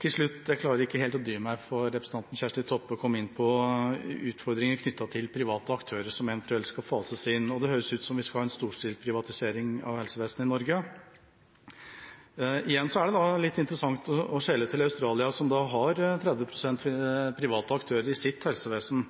Til slutt: Jeg klarer ikke helt å dy meg, for representanten Kjersti Toppe kom inn på utfordringer knyttet til private aktører som eventuelt skal fases inn, og fikk det til å høres ut som om vi skal ha en storstilt privatisering av helsevesenet i Norge. Igjen er det litt interessant å skjele til Australia, som har 30 pst. private aktører i sitt helsevesen,